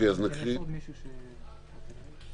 מוסד ציבורי,